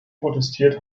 protestiert